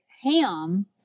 Ham